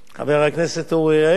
חבר הכנסת אורי אריאל,